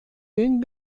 den